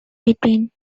between